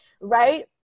Right